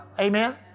Amen